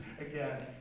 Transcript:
again